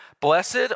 Blessed